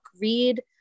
read